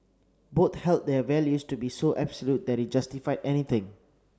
both held their values to be so absolute that it justified anything